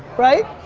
right?